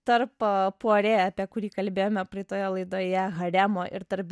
tarp puare apie kurį kalbėjome praeitoje laidoje haremo ir tarp